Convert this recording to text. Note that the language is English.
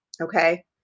Okay